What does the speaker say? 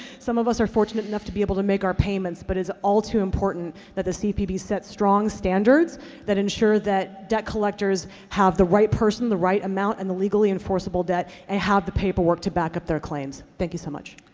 some of us are fortunate enough to be able to make our payments, but it's all too important that the cfpb set strong standards that ensure that debt collectors have the right person, the right amount, and the legally enforceable debt, and have the paperwork to back up their claims. thank you so much.